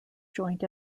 joint